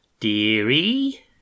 Deary